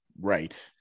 right